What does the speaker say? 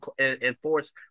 enforce